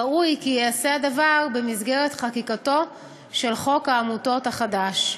ראוי כי הדבר ייעשה במסגרת חקיקתו של חוק העמותות החדש.